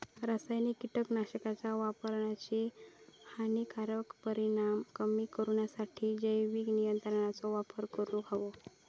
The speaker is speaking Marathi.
रासायनिक कीटकनाशकांच्या वापराचे हानिकारक परिणाम कमी करूसाठी जैविक नियंत्रणांचो वापर करूंक हवो